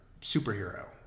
superhero